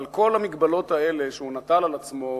אבל כל המגבלות האלה שהוא נטל על עצמו